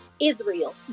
Israel